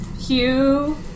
Hugh